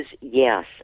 yes